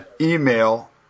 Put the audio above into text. email